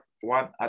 one